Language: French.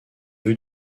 vue